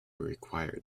required